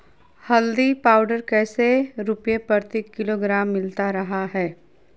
हल्दी पाउडर कैसे रुपए प्रति किलोग्राम मिलता रहा है?